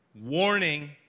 Warning